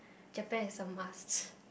Japan is a must